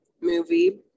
movie